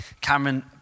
Cameron